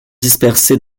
dispersés